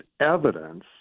evidence